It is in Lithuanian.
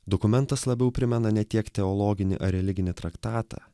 dokumentas labiau primena ne tiek teologinį ar religinį traktatą